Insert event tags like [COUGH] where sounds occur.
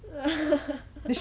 [LAUGHS]